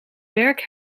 werk